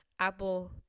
apple